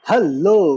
Hello